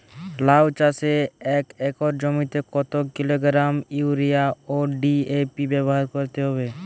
লাউ চাষে এক একর জমিতে কত কিলোগ্রাম ইউরিয়া ও ডি.এ.পি ব্যবহার করতে হবে?